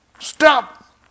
stop